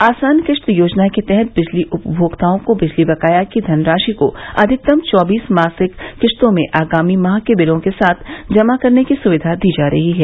आसान किस्त योजना के तहत बिजली उपभोक्ताओं को बिजली बकाया की धनराशि को अधिकतम चौबीस मासिक किस्तों में आगामी माह के बिलों के साथ जमा करने की सुविधा दी जा रही है